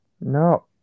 No